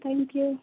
thank you